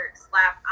slap